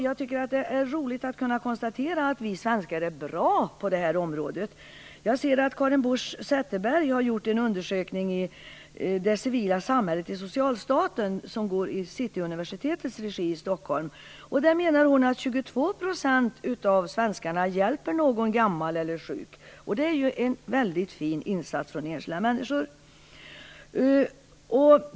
Jag tycker att det är roligt att kunna konstatera att vi svenskar är bra på det området. Jag har sett att Karin Busch Zetterberg har gjort en undersökning, kallad Det civila samhället i socialstaten, för Cityuniversitetet i Stockholm. Hon menar att 22 % av svenskarna hjälper någon som är gammal eller sjuk. Det är en väldigt fin insats från enskilda människor.